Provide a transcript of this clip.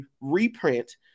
reprint